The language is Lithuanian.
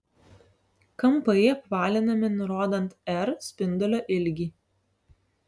kampai apvalinami nurodant r spindulio ilgį